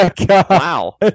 Wow